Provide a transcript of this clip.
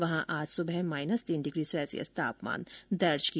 वहां आज सुबह माइनस तीन डिग्री सैल्सियस तापमान दर्ज किया